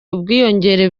ubwiyongere